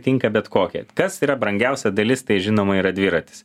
tinka bet kokie kas yra brangiausia dalis tai žinoma yra dviratis